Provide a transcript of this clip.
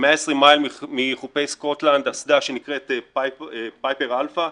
120 מייל מחופי סקוטלנד, אסדה שנקראת Piper Alpha,